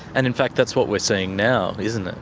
and in fact, that's what we're seeing now, isn't it.